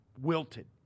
wilted